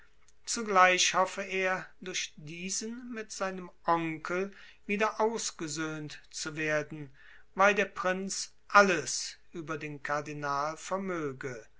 zugleich hoffe er durch diesen mit seinem onkel wieder ausgesöhnt zu werden weil der prinz alles über den kardinal vermöge